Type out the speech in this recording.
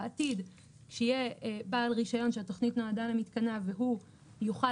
בעתיד כשיהיה בעל רישיון שהתוכנית נועדה למתקניו והוא יוכל